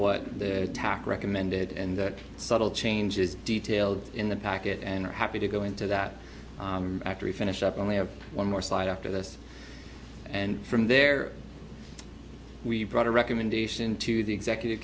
what their attack recommended and that subtle change is detailed in the packet and are happy to go into that after we finish up only have one more slide after this and from there we brought a recommendation to the executive